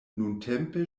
nuntempe